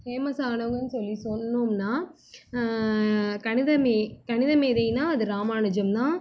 famous ஆனவங்கன்னு சொல்லி சொன்னோம்னால் கணிதமே கணிதமேதைன்னால் அது ராமானுஜம்தான்